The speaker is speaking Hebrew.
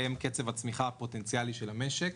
הם קצב הצמיחה הפוטנציאלי של המשק.